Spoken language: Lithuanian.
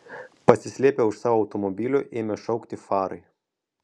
pasislėpę už savo automobilių ėmė šaukti farai